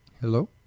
Hello